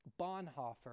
Bonhoeffer